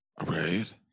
Right